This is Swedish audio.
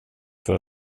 för